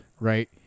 Right